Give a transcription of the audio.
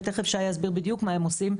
ותיכף שי יסביר בדיוק מה הם עושים,